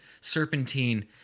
serpentine